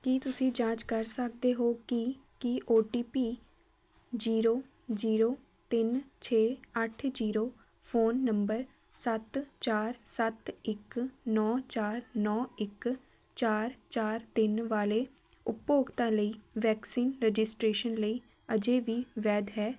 ਕੀ ਤੁਸੀਂ ਜਾਂਚ ਕਰ ਸਕਦੇ ਹੋ ਕੀ ਕੀ O T P zero zero ਤਿੰਨ ਛੇ ਅੱਠ ਜੀਰੋ ਫ਼ੋਨ ਨੰਬਰ ਸੱਤ ਚਾਰ ਸੱਤ ਇੱਕ ਨੌ ਚਾਰ ਨੌ ਇੱਕ ਚਾਰ ਚਾਰ ਤਿੰਨ ਵਾਲੇ ਉਪਭੋਗਤਾ ਲਈ ਵੈਕਸੀਨ ਰਜਿਸਟ੍ਰੇਸ਼ਨ ਲਈ ਅਜੇ ਵੀ ਵੈਧ ਹੈ